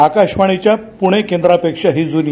आकाशवाणीच्या पुणे केंद्रापेक्षाही जुनी